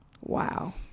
Wow